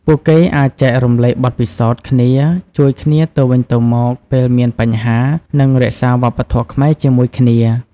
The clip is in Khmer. ពួកគេអាចចែករំលែកបទពិសោធន៍គ្នា ជួយគ្នាទៅវិញទៅមកពេលមានបញ្ហា និងរក្សាវប្បធម៌ខ្មែរជាមួយគ្នា ។